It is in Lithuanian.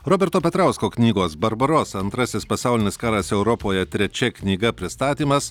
roberto petrausko knygos barbarosa antrasis pasaulinis karas europoje trečia knyga pristatymas